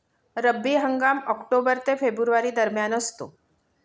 रब्बी हंगाम ऑक्टोबर ते फेब्रुवारी दरम्यान असतो